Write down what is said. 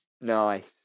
Nice